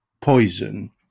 poison